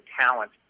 talent